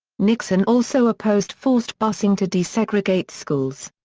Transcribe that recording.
nixon also opposed forced busing to desegregate schools.